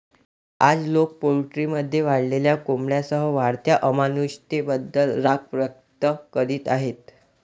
आज, लोक पोल्ट्रीमध्ये वाढलेल्या कोंबड्यांसह वाढत्या अमानुषतेबद्दल राग व्यक्त करीत आहेत